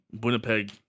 Winnipeg